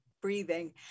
breathing